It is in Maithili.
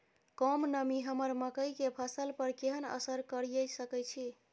कम नमी हमर मकई के फसल पर केहन असर करिये सकै छै?